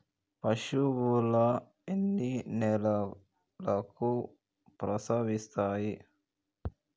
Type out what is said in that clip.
పశువులు ఎన్ని నెలలకు ప్రసవిస్తాయి?